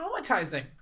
traumatizing